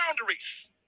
boundaries